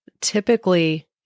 typically